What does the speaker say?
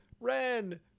Ren